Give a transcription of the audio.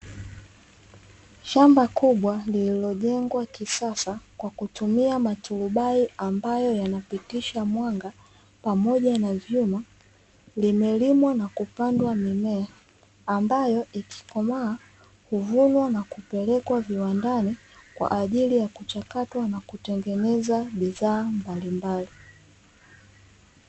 Shamba kubwa lililojengwa kisasa kwa kutumia maturubai ambayo yanapitisha mwanga pamoja na vyuma limelimwa na kupandwa mimea, ambayo ikikomaa huvunwa na kupelekwa viwandani kwa ajili ya kuchakatwa na kutengenezwa bidhaa mbalimbali.